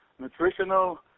nutritional